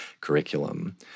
curriculum